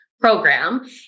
program